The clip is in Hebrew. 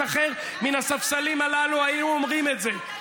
אחר מן הספסלים הללו היו אומרים את זה?